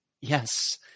Yes